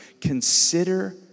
Consider